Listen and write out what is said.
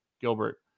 Gilbert